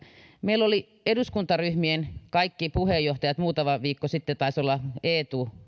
meillä olivat kaikki eduskuntaryhmien puheenjohtajat muutama viikko sitten taisi olla